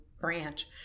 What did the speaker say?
branch